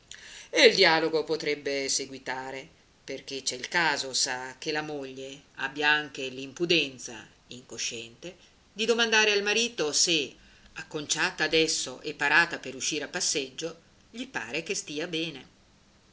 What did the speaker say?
e il dialogo potrebbe seguitare perché c'è il caso sa che la moglie abbia anche l'impudenza incosciente di domandare al marito se acconciata adesso e parata per uscire a passeggio gli pare che stia bene